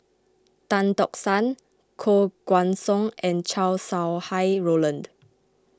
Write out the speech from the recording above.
Tan Tock San Koh Guan Song and Chow Sau Hai Roland